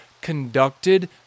conducted